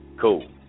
Cool